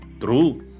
True